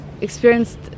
experienced